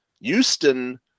Houston